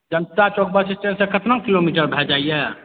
जनता चौक पर जे छै से कितना किलोमीटर भऽ जाइए